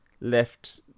left